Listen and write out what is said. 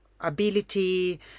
ability